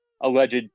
alleged